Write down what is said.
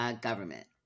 government